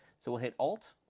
so we'll hit alt,